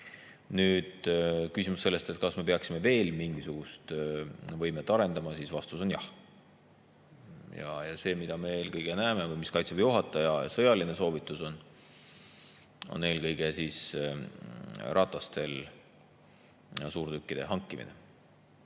Nüüd, küsimus sellest, kas me peaksime veel mingisugust võimet arendama. Vastus on jah. See, mida me eelkõige näeme või mis Kaitseväe juhataja sõjaline soovitus on, on eelkõige ratastel suurtükkide hankimine.